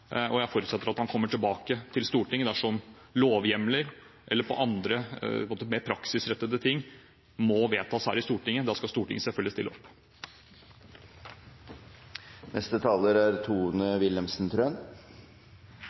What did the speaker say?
redegjørelsen. Jeg forutsetter at han kommer tilbake til Stortinget dersom lovhjemler eller andre, mer praksisrettede, ting må vedtas i Stortinget. Da skal Stortinget selvfølgelig stille